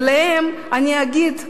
ולהם אגיד,